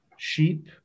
sheep